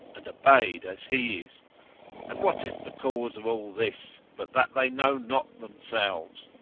and obeyed as he is and what is the cause of all this, but that they know not themselves?